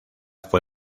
fue